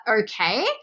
okay